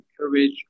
encourage